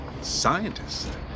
Scientists